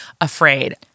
afraid